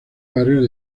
barrio